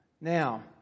Now